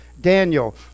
daniel